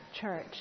church